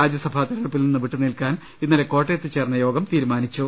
രാജ്യസഭാ തെരഞ്ഞെടുപ്പിൽ നിന്ന് വിട്ടു നിൽക്കാൻ ഇന്നലെ കോട്ടയത്ത് ചേർന്ന യോഗം തീരുമാനിച്ചു